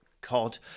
cod